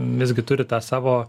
visgi turi tą savo